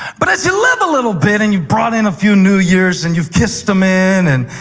but as you live a little bit and you've brought in a few new years. and you've kissed them in and